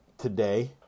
today